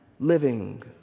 living